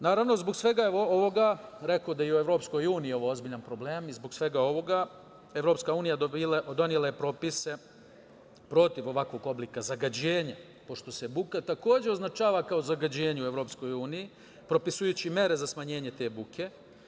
Naravno, zbog svega evo ovoga rekao bih da je i u Evropskoj uniji ovo ozbiljan problem i zbog svega ovoga EU donela je propise protiv ovakvog oblika zagađenja, pošto se buka takođe označava kao zagađenje u EU, propisujući mere za smanjenje te buke.